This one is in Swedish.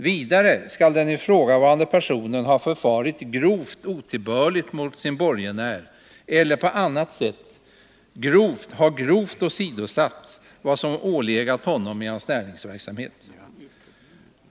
Vidare skall den ifrågavarande personen ha förfarit grovt otillbörligt mot sina borgenärer eller på annat sätt ha grovt åsidosatt vad som ålegat honom i hans näringsverksamhet.